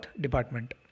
department